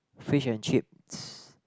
fish and chips